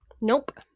Nope